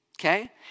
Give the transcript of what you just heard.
Okay